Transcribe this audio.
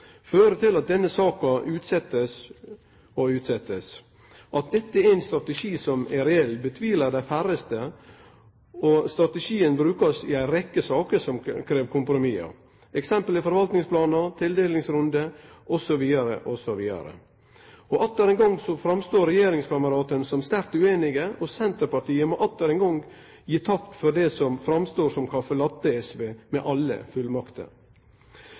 fører til at denne saka støtt blir utsett. At dette er ein strategi som er reell, tviler dei færraste på. Strategien gjer ein bruk av i ei rekkje saker som krev kompromiss. Eksempel på det er forvaltingsplanar, tildelingsrundar osv. Igjen framstår regjeringskameratane som sterkt ueinige, og Senterpartiet må igjen gi tapt for det som framstår som caffè latte-SV med alle fullmakter.